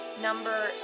number